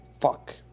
Fuck